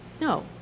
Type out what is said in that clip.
No